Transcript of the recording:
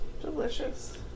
Delicious